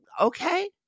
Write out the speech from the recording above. okay